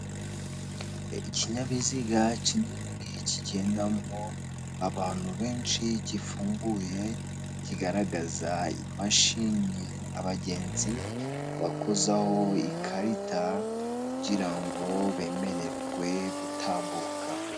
Ikinyabiziga kinini kigendamo abantu benshi gifunguye kigaragaza imashini abagenzi bakozaho ikarita kugirango bemererwe gutambuka.